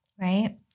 right